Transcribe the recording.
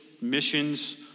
missions